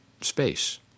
space